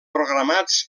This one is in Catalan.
programats